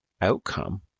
outcome